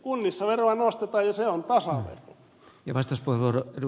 kunnissa veroa nostetaan ja se on tasavero